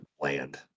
land